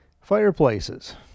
fireplaces